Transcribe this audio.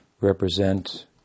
represent